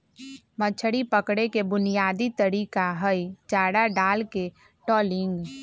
मछरी पकड़े के बुनयादी तरीका हई चारा डालके ट्रॉलिंग